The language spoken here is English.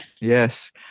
Yes